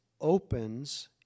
opens